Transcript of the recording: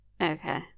Okay